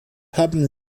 haben